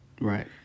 Right